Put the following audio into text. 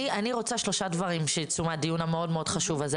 אני רוצה שלושה דברים שייצאו מהדיון המאוד חשוב הזה.